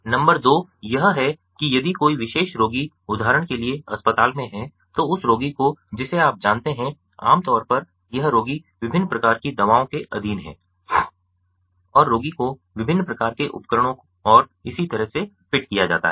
number दो यह है कि यदि कोई विशेष रोगी उदाहरण के लिए अस्पताल में है तो उस रोगी को जिसे आप जानते हैं आमतौर पर यह रोगी विभिन्न प्रकार की दवाओं के अधीन है और रोगी को विभिन्न प्रकार के उपकरणों और इसी तरह से फिट किया जाता है